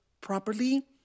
properly